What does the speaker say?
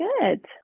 Good